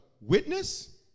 witness